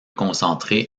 concentrés